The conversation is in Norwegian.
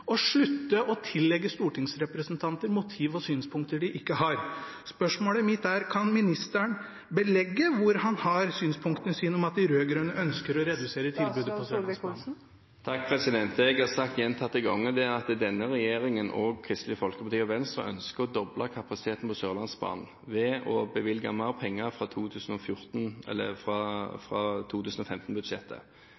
og slutte å tillegge stortingsrepresentanter motiver og synspunkter de ikke har. Spørsmålet mitt er: Kan ministeren belegge hvor han har synspunktet sitt fra om at de rød-grønne ønsker å redusere tilbudet på Sørlandsbanen? Det jeg har sagt gjentatte ganger, er at denne regjeringen og Kristelig Folkeparti og Venstre ønsker å doble kapasiteten på Sørlandsbanen ved å bevilge mer penger fra